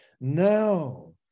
Now